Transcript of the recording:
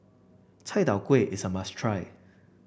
Chai Tow Kuay is a must try